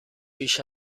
بیش